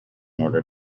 order